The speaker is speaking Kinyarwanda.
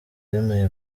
bemeye